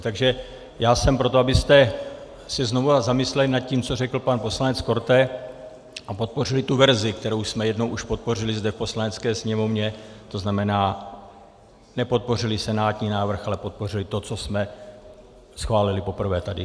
Takže já jsem pro to, abyste se znovu zamysleli nad tím, co řekl pan poslanec Korte, a podpořili tu verzi, kterou jsme jednou už podpořili zde v Poslanecké sněmovně, to znamená, nepodpořili senátní návrh, ale podpořili to, co jsme schválili poprvé tady.